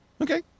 Okay